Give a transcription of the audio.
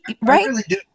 right